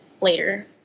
later